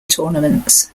tournaments